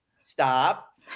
Stop